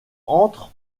entre